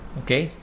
okay